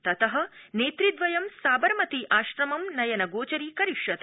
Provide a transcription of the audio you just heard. तत नेतृद्वयं साबरमती आश्रमं नयनगोचरी करिष्यतः